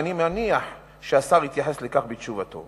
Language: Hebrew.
ואני מניח שהשר יתייחס לכך בתשובתו.